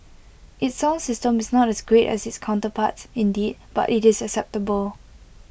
its sound system is not as great as its counterparts indeed but IT is acceptable